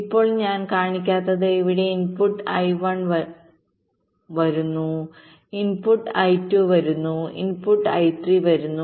ഇപ്പോൾ ഞാൻ കാണിക്കാത്തത് ഇവിടെ ഇൻപുട്ട് I1 വരുന്നു ഇൻപുട്ട് I2 വരുന്നു ഇൻപുട്ട് I3 വരുന്നു